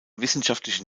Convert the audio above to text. wissenschaftliche